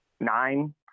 Nine